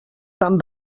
tan